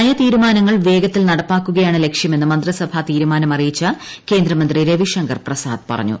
നയ തീരുമാനങ്ങൾ വേഗത്തിൽ നടപ്പാ ക്കുകയാണ് ലക്ഷ്യമെന്ന് മന്ത്രിസഭ തിരുമാനം അറിയിച്ച കേന്ദ്ര മന്ത്രി രവിശങ്കർ പ്രസാദ് പറഞ്ഞു